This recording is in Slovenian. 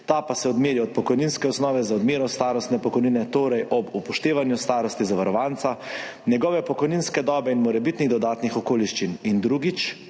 ta pa se odmeri od pokojninske osnove za odmero starostne pokojnine, torej ob upoštevanju starosti zavarovanca, njegove pokojninske dobe in morebitnih dodatnih okoliščin, in drugič,